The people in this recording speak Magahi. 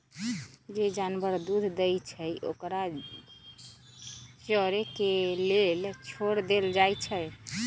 जे जानवर दूध देई छई ओकरा चरे के लेल छोर देल जाई छई